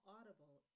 Audible